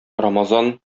рамазан